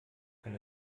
kann